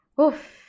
Oof